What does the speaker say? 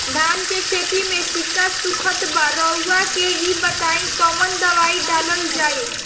धान के खेती में सिक्का सुखत बा रउआ के ई बताईं कवन दवाइ डालल जाई?